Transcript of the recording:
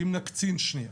עם נקצין שנייה.